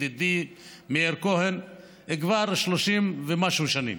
ידידי מאיר כהן, כבר 30 ומשהו שנים,